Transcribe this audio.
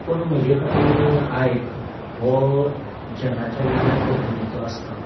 पूण म्हजे खातीर हायक हो जगाच्या वेगळ्या पद्दतीचो आसता